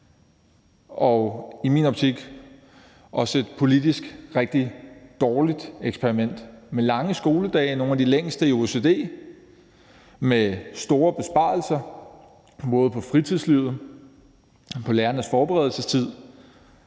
og i min optik også et politisk rigtig dårligt eksperiment med lange skoledage, nogle af de længste i OECD; med store besparelser på både fritidslivet og på lærernes forberedelsestid;